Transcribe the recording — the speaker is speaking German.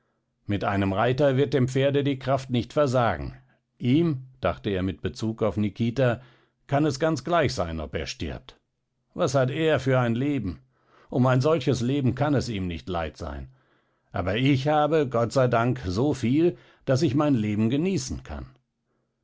mit einem reiter wird dem pferde die kraft nicht versagen ihm dachte er mit bezug auf nikita kann es ganz gleich sein ob er stirbt was hat er für ein leben um ein solches leben kann es ihm nicht leid sein aber ich habe gott sei dank so viel daß ich mein leben genießen kann